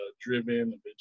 Driven